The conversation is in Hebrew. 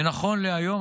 ונכון להיום,